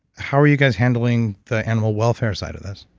how are you guys handling the animal welfare side of this?